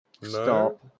Stop